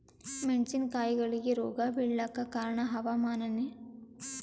ಮೆಣಸಿನ ಕಾಯಿಗಳಿಗಿ ರೋಗ ಬಿಳಲಾಕ ಕಾರಣ ಹವಾಮಾನನೇ?